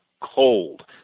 cold